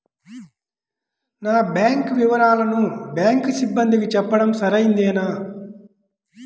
నా బ్యాంకు వివరాలను బ్యాంకు సిబ్బందికి చెప్పడం సరైందేనా?